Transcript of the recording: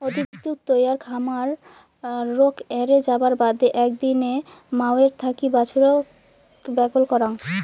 অধিক দুধ তৈয়ার খামার রোগ এ্যারে যাবার বাদে একদিনে মাওয়ের থাকি বাছুরক ব্যাগল করাং